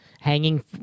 hanging